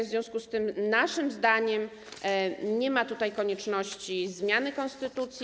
W związku z tym naszym zdaniem nie ma tutaj konieczności zmiany konstytucji.